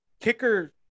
kicker